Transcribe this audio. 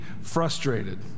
frustrated